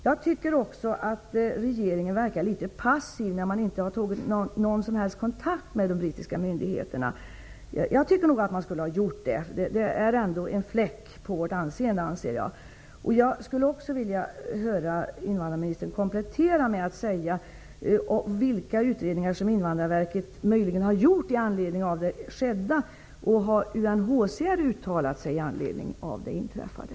Jag tycker vidare att regeringen verkar litet passiv när man inte tagit någon som helst kontakt med de brittiska myndigheterna. Jag tycker att man skulle ha gjort det. Detta är ändå en fläck på vårt anseende. Jag skulle vilja höra invandrarministern komplettera med att tala om vilka utredningar som Invandrarverket möjligen har gjort i anledning av det skedda och om UNHCR har uttalat sig i anledning av det inträffade.